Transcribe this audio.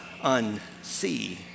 unsee